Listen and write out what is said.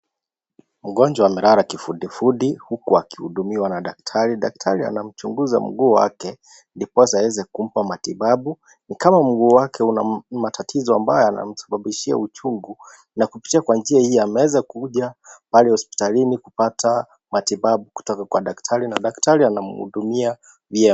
Mgonjwa amelala kifundifundi huku akuhudumiwa na daktari , daktari anamchunguza mguu wake ndiposa aweze kumpa matibabu , ni kama mguu wake una matatizo ambayo yana msababishia uchungu na kupitia kwa njia hii ameweza kuja pale hospitalini kupata matibabu kutoka kwa daktari na daktari anamhudumia mia.